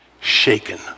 Shaken